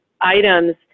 items